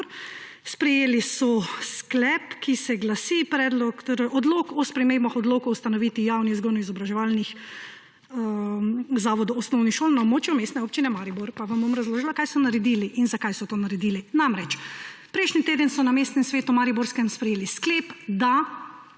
Sprejeli so sklep, ki se glasi – Odlok o spremembah odlokov o ustanovitvi javnih vzgojno-izobraževalnih zavodov osnovnih šol na območju Mestne občine Maribor. Pa vam bom razložila, kaj so naredili in zakaj so to naredili. Prejšnji teden so na mariborskem mestnem svetu sprejeli sklep, da